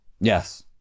Yes